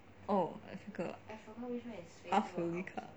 oh I forgot